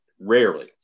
rarely